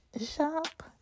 shop